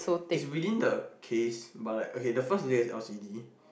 it's within the case but like okay the first layer is L_C_D